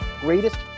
greatest